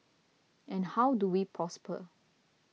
and how do we prosper